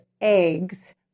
eggs